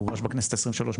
הוגש בכנסת 23,